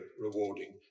rewarding